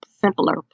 simpler